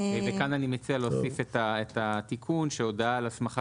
וכאן אני מציע להוסיף את התיקון שהודעה על הסמכה